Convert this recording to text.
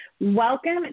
Welcome